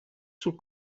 sul